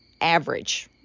average